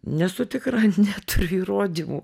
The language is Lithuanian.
nesu tikra neturiu įrodymų